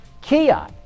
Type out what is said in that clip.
Kia